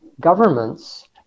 governments